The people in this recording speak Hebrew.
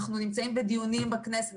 אנחנו נמצאים בדיונים בכנסת.